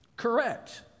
correct